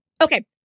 Okay